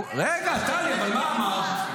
--- רגע טלי, אבל מה אמרת?